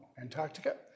Antarctica